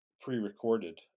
pre-recorded